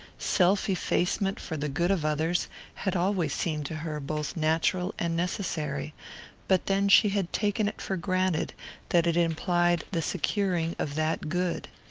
self-effacement for the good of others had always seemed to her both natural and necessary but then she had taken it for granted that it implied the securing of that good.